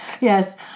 Yes